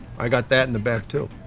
i got that in the back too.